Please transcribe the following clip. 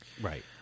Right